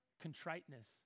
contriteness